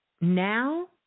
now